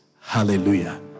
Hallelujah